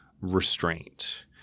restraint